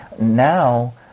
Now